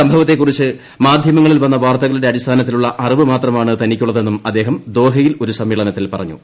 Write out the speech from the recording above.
സംഭവത്തെക്കുറിച്ച് മാധ്യമങ്ങളിൽ വന്ന വാർത്തക ളുടെ അടിസ്ഥാനത്തിലുള്ള അറിവ് മാത്രമാണ് തനിക്കുള്ള തെന്നും അദ്ദേഹം ദോഹയിൽ ഒരു സമ്മേളനത്തിൽ പറഞ്ഞു